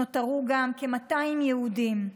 ונותרו כ-200 יהודים,